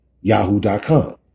Yahoo.com